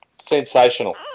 Sensational